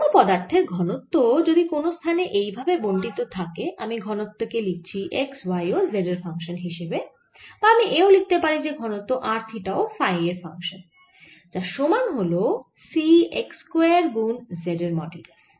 কোন পদার্থের ঘনত্ব যদি কোন স্থানে এই ভাবে বন্টিত থাকে আমি ঘনত্ব কে লিখছি x y ও z এর ফাংশান হিসেবে বা আমি এও লিখতে পারি যে ঘনত্ব r থিটা ও ফাই এর ফাংশান যার সমান হল C x স্কয়ার গুন z এর মডিউলাস